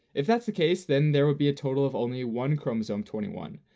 if that's the case then there would be a total of only one chromosome twenty one,